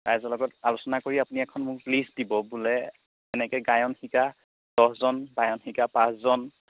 ৰাইজৰ লগত আলোচনা কৰি আপুনি এখন মোক লিষ্ট দিব বোলে এনেকৈ গায়ন শিকা দহজন বায়ন শিকা পাঁচজন